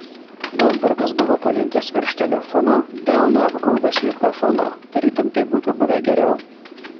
goldbergas buvo palinkęs virš telefono delnu apgaubęs mikrofoną tarytum taip būtų buvę geriau